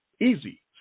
Easy